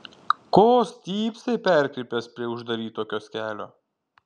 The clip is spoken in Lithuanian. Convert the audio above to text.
ko stypsai perkrypęs prie uždaryto kioskelio